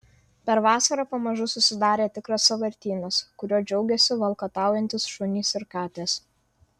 per vasarą pamažu susidarė tikras sąvartynas kuriuo džiaugėsi valkataujantys šunys ir katės